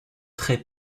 très